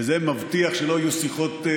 וזה מבטיח שלא יהיו שיחות,